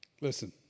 Listen